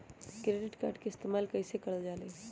Credit card के इस्तेमाल कईसे करल जा लई?